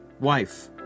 Wife